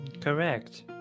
Correct